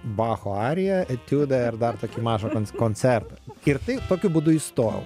bacho ariją etiudą ir dar tokį mažą koncertą ir tai tokiu būdu įstojau